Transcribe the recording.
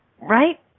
Right